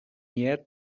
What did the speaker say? yet